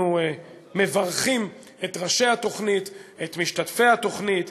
אנחנו מברכים את ראשי התוכנית, את משתתפי התוכנית,